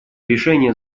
решения